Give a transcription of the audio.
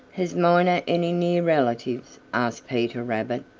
has miner any near relatives? asked peter rabbit.